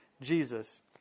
Jesus